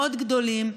מאוד גדולים,